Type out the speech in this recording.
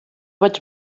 vaig